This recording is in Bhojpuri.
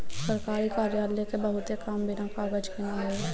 सरकारी कार्यालय क बहुते काम बिना कागज के ना होई